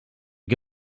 què